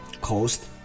cost